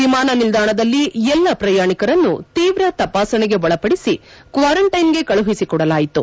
ವಿಮಾನ ನಿಲ್ವಾಣದಲ್ಲಿ ಎಲ್ಲ ಪ್ರಯಾಣಿಕರನ್ನು ತೀವ್ರ ತಪಾಸಣೆಗೆ ಒಳಪಡಿಸಿ ಕ್ವಾರಂಟೈನ್ಗೆ ಕಳುಹಿಸಿಕೊಡಲಾಯಿತು